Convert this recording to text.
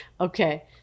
Okay